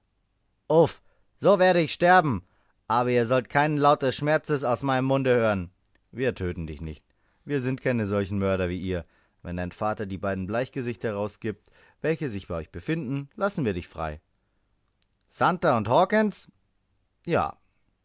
uff so werde ich sterben aber ihr sollt keinen laut des schmerzes aus meinem munde hören wir töten dich nicht wir sind keine solchen mörder wie ihr wenn dein vater die beiden bleichgesichter herausgibt welche sich bei euch befinden lassen wir dich frei santer und hawkens ja